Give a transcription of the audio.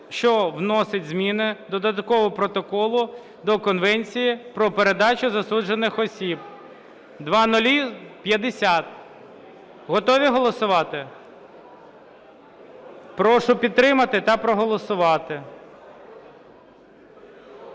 що вносить зміни до Додаткового протоколу до Конвенції про передачу засуджених осіб (0050). Готові голосувати? Прошу підтримати та проголосувати.